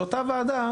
שאותה הוועדה,